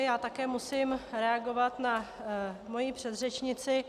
Já také musím reagovat na svoji předřečnici.